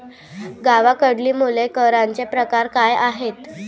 गावाकडली मुले करांचे प्रकार काय आहेत?